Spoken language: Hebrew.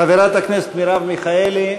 חברת הכנסת מרב מיכאלי,